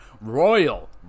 Royal